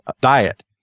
diet